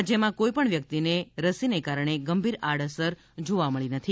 રાજ્યમાં કોઈપણ વ્યક્તિને રસીને કારણે ગંભીર આડઅસર જોવા મળી નથી